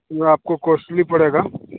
वह आपको कॉस्टली पड़ेगा